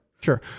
Sure